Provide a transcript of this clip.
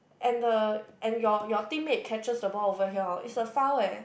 and the and your your team mate catches the ball over here orh it's a foul eh